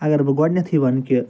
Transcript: اَگر بہٕ گۄڈٕنٮ۪تھٕے وَنہٕ کہِ